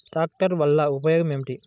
ట్రాక్టర్ల వల్ల ఉపయోగం ఏమిటీ?